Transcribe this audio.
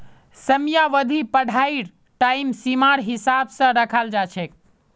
समयावधि पढ़ाईर टाइम सीमार हिसाब स रखाल जा छेक